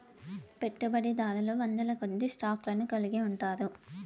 పెట్టుబడిదారులు వందలకొద్దీ స్టాక్ లను కలిగి ఉంటారు